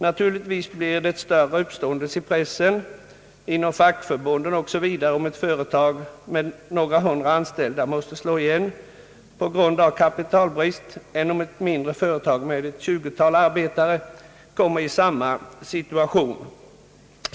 Naturligtvis blir det större uppståndelse i pressen, inom fackförbunden 0. S. v. om ett företag med några hundra anställda måste slå igen på grund av kapitalbrist än om ett mindre företag med ett 20-tal arbetare kommer i samma situation.